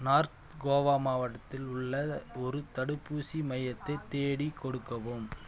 north Goa மாவட்டத்தில் உள்ள ஒரு தடுப்பூசி மையத்தை தேடிக் கொடுக்கவும்